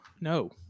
No